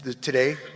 today